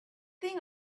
thing